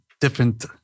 different